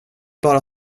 bara